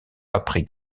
après